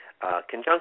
conjunction